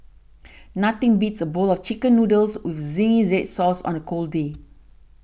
nothing beats a bowl of Chicken Noodles with Zingy Red Sauce on a cold day